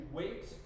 wait